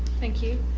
thank you.